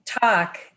talk